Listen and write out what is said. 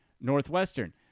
Northwestern